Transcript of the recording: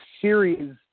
series